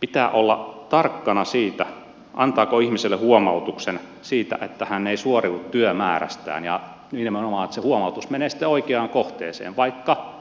pitää olla tarkkana siitä antaako ihmiselle huomautuksen siitä että hän ei suoriudu työmäärästään ja nimenomaan että se huomautus menee sitten oikeaan kohteeseen vaikka